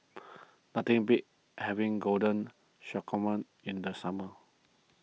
nothing beats having Garden in the summer